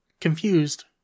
Confused